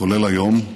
כולל היום,